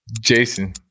Jason